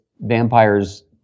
vampires